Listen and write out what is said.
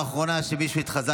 אינו נוכח עמית